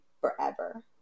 forever